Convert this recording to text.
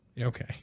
Okay